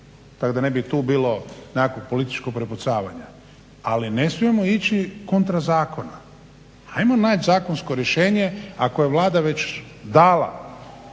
Tako da ne bi tu bilo nekakvog političkog prepucavanja. Ali ne smijemo ići kontra zakona. Ajmo naći zakonsko rješenje ako je Vlada već dala